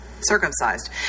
circumcised